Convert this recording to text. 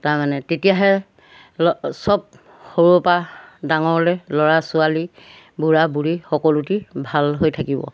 তাৰমানে তেতিয়াহে চব সৰুৰপৰা ডাঙৰলৈ ল'ৰা ছোৱালী বুঢ়া বুঢ়ী সকলোটি ভাল হৈ থাকিব